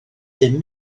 bum